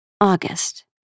August